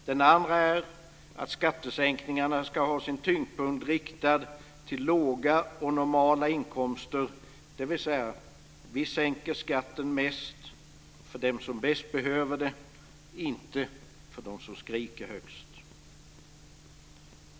Den andra är att skattesänkningarna ska ha sin tyngdpunkt riktad till låga och normala inkomster, dvs. vi sänker skatten mest för dem som bäst behöver det och inte för dem som skriker högst.